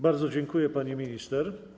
Bardzo dziękuję, pani minister.